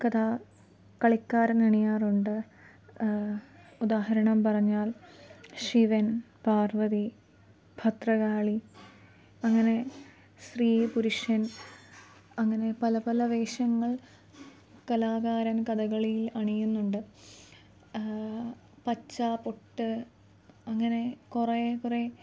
കഥാ കളിക്കാരൻ അണിയാറുണ്ട് ഉദാഹരണം പറഞ്ഞാൽ ശിവൻ പാർവ്വതി ഭദ്രകാളി അങ്ങനെ സ്ത്രീ പുരുഷൻ അങ്ങനെ പല പല വേഷങ്ങൾ കലാകാരൻ കഥകളിയിൽ അണിയുന്നുണ്ട് പച്ച പൊട്ട് അങ്ങനെ കുറേ കുറേ